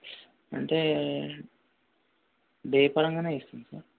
అంటే డే పరంగానే ఇస్తాం సార్